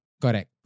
Correct